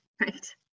right